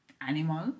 animal